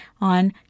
on